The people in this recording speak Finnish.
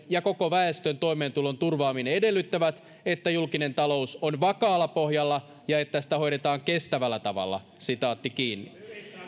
ja koko väestön toimeentulon turvaaminen edellyttävät että julkinen talous on vakaalla pohjalla ja että sitä hoidetaan kestävällä tavalla